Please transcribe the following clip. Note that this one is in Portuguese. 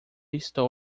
estou